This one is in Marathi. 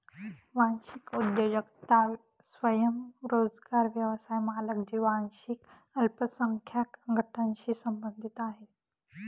वांशिक उद्योजकता स्वयंरोजगार व्यवसाय मालक जे वांशिक अल्पसंख्याक गटांशी संबंधित आहेत